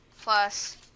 plus